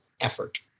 effort